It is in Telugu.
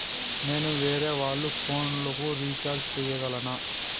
నేను వేరేవాళ్ల ఫోను లకు రీచార్జి సేయగలనా?